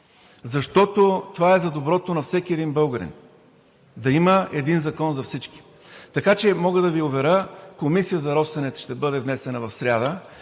Защото това е за доброто на всеки един българин – да има един закон за всички. Така че мога да Ви уверя – комисия за „Росенец“ ще бъде внесена в сряда